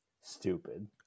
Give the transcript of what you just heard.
Stupid